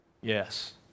Yes